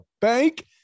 bank